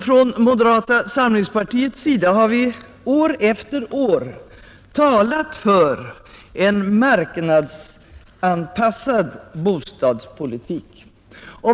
Från moderata samlingspartiets sida har vi år efter år talat för en marknadsanpassad bostadspolitik.